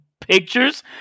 pictures